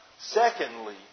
Secondly